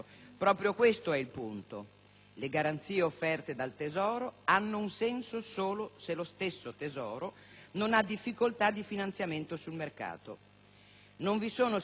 Le garanzie offerte dal Tesoro hanno un senso solo se lo stesso Tesoro non ha difficoltà di finanziamento sul mercato. Non vi sono segnali in questa direzione.